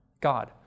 God